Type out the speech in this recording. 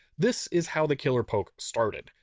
this is how the killer poke started.